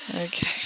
Okay